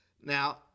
Now